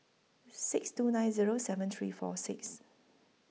six two nine Zero seven three four six